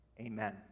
Amen